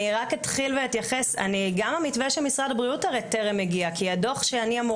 אפשר להתעלם מזה שצריכה להיות פירמידה לפיה כשעובדים יותר,